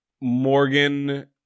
morgan